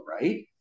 Right